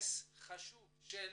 נכס חשוב של